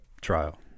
trial